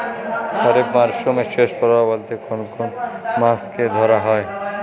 খরিপ মরসুমের শেষ পর্ব বলতে কোন কোন মাস কে ধরা হয়?